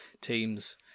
teams